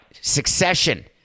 succession